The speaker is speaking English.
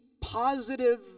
positive